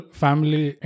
family